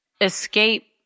escape